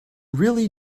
really